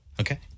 Okay